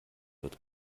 wird